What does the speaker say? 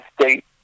state